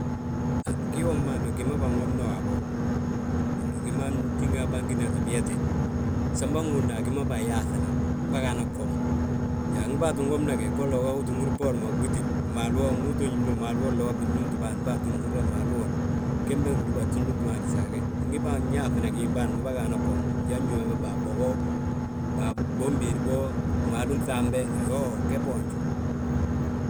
Gii womim bàan gi ma bânwomna waabo, ngi gima ntínga bâginate biyete. Sam bâŋóon a gima bâyaaŧinan, bâgan wom. Yaa ndi bâa ttin womna gi, uu ttin húrna gola go bboori ma ggítini, maalu wo ndu uto ñín mo, malu wolla wo binnúmtibâan. Bâa ttin húrna maalu uwodi ma, Gembe gdúba tu nnúmtimbân gisaage. Ndi bânyaaŧina giim bâan, bâgan gwom njan yo wi baa bogo, baa bombédi bo, malu ŧambe. Iyoo, ge boonju.